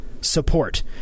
support